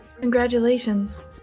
Congratulations